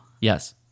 Yes